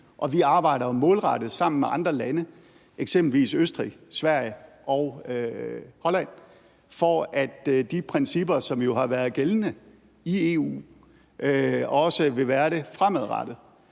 vi arbejder jo målrettet sammen med andre lande, eksempelvis Østrig, Sverige og Holland, for, at de principper, som har været gældende i EU, også vil være det fremadrettet.